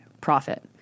profit